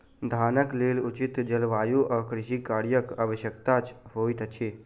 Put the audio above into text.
धानक लेल उचित जलवायु आ कृषि कार्यक आवश्यकता होइत अछि